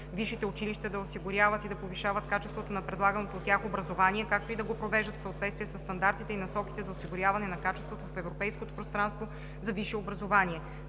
висшите училища, да осигуряват и да повишават качеството на предлаганото от тях образование, както и да го провеждат в съответствие със стандартите и насоките за осигуряване на качеството в европейското пространство за висше образование.“